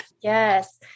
Yes